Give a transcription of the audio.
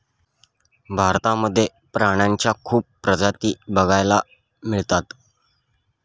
भारतामध्ये प्राण्यांच्या खूप प्रजाती बघायला मिळतात